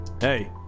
Hey